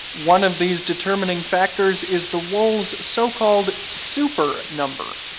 one of these determining factors is the wool's so-called super number.